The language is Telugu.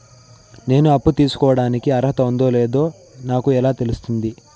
నేను అప్పు తీసుకోడానికి అర్హత ఉందో లేదో నాకు ఎలా తెలుస్తుంది?